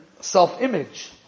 self-image